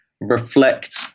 reflect